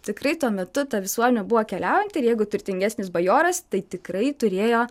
tikrai tuo metu ta visuomenė buvo keliaujanti ir jeigu turtingesnis bajoras tai tikrai turėjo